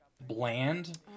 bland